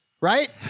right